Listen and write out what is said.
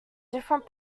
different